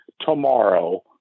tomorrow